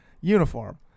uniform